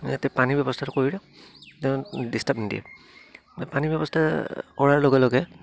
ইয়াতে পানীৰ ব্যৱস্থাতো কৰি দিয়ক ডিষ্টাৰ্ব নিদিয়ে পানী ব্যৱস্থা কৰাৰ লগে লগে